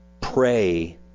Pray